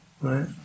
right